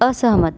असहमत